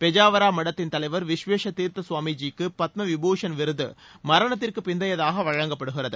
பெஜாவாரா மடத்தின் தலைவர் விஸ்வேச தீர்த்த ஸ்வாமிஜிக்கு பத்ம விபூஷண் விருது மரணத்திற்குப் பிந்தயதாக் வழங்கப்படுகிறது